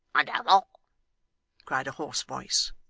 a devil cried a hoarse voice.